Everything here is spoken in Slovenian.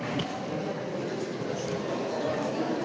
Hvala.